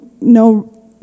no